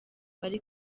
bari